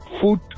food